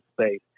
space